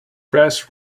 brass